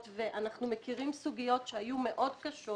ואנחנו מכירים סוגיות שהיו מאוד קשות